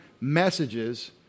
messages